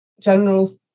general